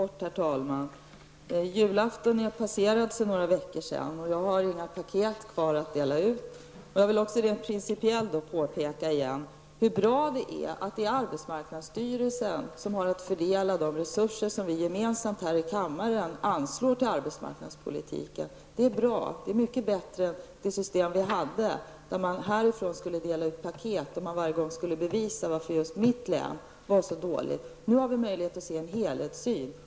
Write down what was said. Herr talman! Julafton är passerad sedan några veckor tillbaka, och jag har inga paket kvar att dela ut. Jag vill påpeka hur bra det är att det är arbetsmarknadsstyrelsen som har att fördela de resurser som vi gemensamt här i kammaren anslår till arbetsmarknadspolitiken. Det är mycket bättre än det system vi tidigare hade då vi härifrån skulle dela ut paket och då representanter för länen försökte bevisa att förhållandena i just deras län var så dåliga. Nu har vi större möjligheter till en helhetssyn.